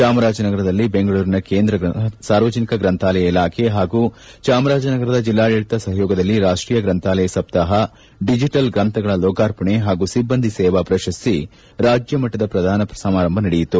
ಚಾಮರಾಜನಗರದಲ್ಲಿ ಬೆಂಗಳೂರಿನ ಕೇಂದ್ರ ಸಾರ್ವಜನಿಕ ಗ್ರಂಥಾಲಯ ಇಲಾಖೆ ಹಾಗೂ ಚಾಮರಾಜನಗರದ ಜಿಲ್ಲಾಡಳಿತದ ಸಹಯೋಗದಲ್ಲಿ ರಾಷ್ವೀಯ ಗ್ರಂಥಾಲಯ ಸಪ್ತಾಪಡಿಜೆಟಲ್ ಗ್ರಂಥಗಳ ಲೋಕಾರ್ಪಣೆ ಹಾಗೂ ಸಿಬ್ಬಂದಿ ಸೇವಾ ಪ್ರಶಸ್ತಿ ರಾಜ್ಯಮಟ್ಟದ ಪ್ರದಾನ ಸಮಾರಂಭ ಜರುಗಿತು